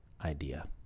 idea